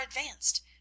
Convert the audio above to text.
advanced